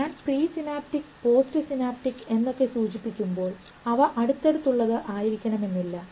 ഞാൻ pre synaptic post synaptic എന്നൊക്കെ സൂചിപ്പിക്കുമ്പോൾ അവ അടുത്തുള്ളത് ആയിരിക്കണമെന്നില്ല